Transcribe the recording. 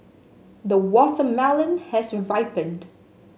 the watermelon has ripened